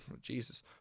Jesus